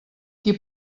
qui